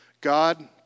God